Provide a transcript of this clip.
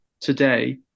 today